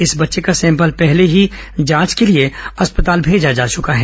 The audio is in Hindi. इस बच्चे का सैंपल पहले ही जांच के लिए अस्पताल मेजा जा चुका है